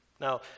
Now